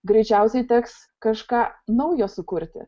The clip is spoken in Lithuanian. greičiausiai teks kažką naujo sukurti